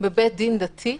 בבית דין דתי,